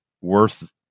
worth